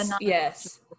yes